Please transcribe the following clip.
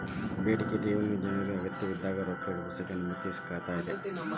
ಬೇಡಿಕೆಯ ಠೇವಣಿಗಳು ಜನ್ರಿಗೆ ಅಗತ್ಯಬಿದ್ದಾಗ್ ರೊಕ್ಕ ಹಿಂಪಡಿಲಿಕ್ಕೆ ಅನುಮತಿಸೊ ಖಾತಾ ಅದ